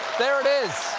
there it is.